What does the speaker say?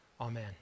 Amen